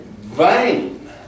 vain